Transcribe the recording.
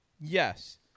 Yes